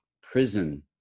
prison